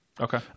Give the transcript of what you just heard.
Okay